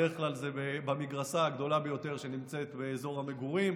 בדרך כלל זה במגרסה הגדולה ביותר שנמצאת באזור המגורים.